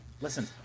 listen